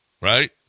right